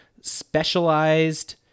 specialized